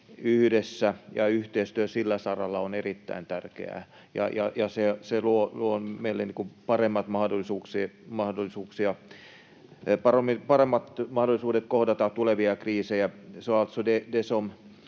yhteistyö sillä saralla on erittäin tärkeää. Se luo meille paremmat mahdollisuudet kohdata tulevia kriisejä. Det vi